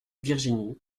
virginie